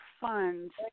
funds